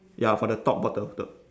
ya for the top bottle the